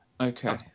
Okay